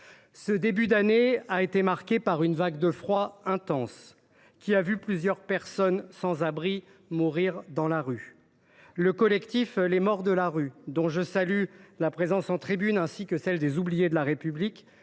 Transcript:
Ce début d’année a été marqué par une vague de froid intense, durant laquelle plusieurs personnes sans abri sont mortes dans la rue. Le collectif Les Morts de la rue, dont je salue la présence en tribune ainsi que celle des Oubliés de la République,